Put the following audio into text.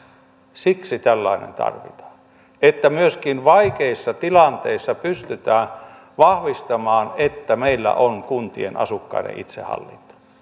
siksi tällainen tarvitaan että myöskin vaikeissa tilanteissa pystytään vahvistamaan että meillä on kuntien asukkaiden itsehallinto